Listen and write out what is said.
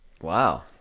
Wow